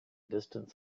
distant